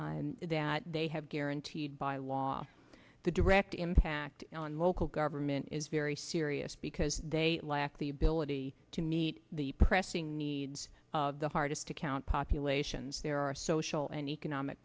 s that they have guaranteed by law the direct impact on local government is very serious because they lack the oladi to meet the pressing needs of the hardest to count populations there are social and economic